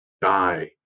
die